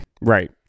Right